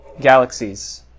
galaxies